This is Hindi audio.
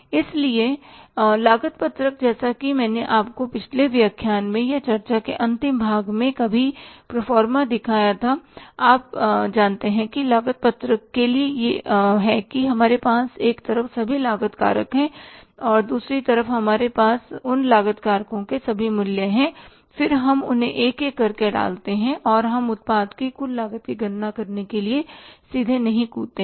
इसलिए लागत पत्रक जैसा कि मैंने आपको पिछले व्याख्यान में या चर्चा के अंतिम भाग में कभी प्रो फॉर्म दिखाया है आप जानते हैं कि लागत पत्रक के लिए यह है कि हमारे पास एक तरफ सभी लागत कारक है और दूसरे साइड में हमारे पास उन लागत कारकों के सभी मूल्य हैं और फिर हम उन्हें एक एक करके डालते रहते हैं और हम उत्पाद की कुल लागत की गणना करने के लिए सीधे कूदते नहीं हैं